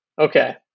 okay